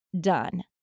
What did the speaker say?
done